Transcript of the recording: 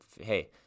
hey